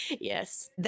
Yes